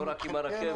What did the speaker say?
לא רק עם הרכבת,